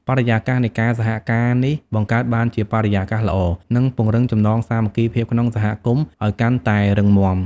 បរិយាកាសនៃការសហការនេះបង្កើតបានជាបរិយាកាសល្អ និងពង្រឹងចំណងសាមគ្គីភាពក្នុងសហគមន៍ឲ្យកាន់តែរឹងមាំ។